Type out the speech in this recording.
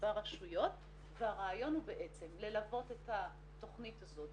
מעבר לכך שכל תיק בושת